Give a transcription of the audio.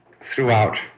throughout